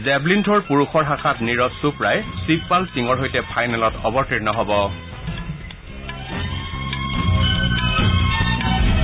javelin থৰ পুৰুষৰ শাখাত নিৰজ চোপ্ৰাই শিৱপাল সিঙৰ সৈতে ফাইনেলত অৱতীৰ্ণ হ'ব